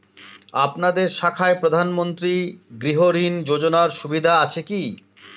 আপনাদের শাখায় প্রধানমন্ত্রী গৃহ ঋণ যোজনার সুবিধা আছে কি?